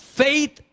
faith